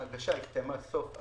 ההגשה הסתיימה בסוף 2019,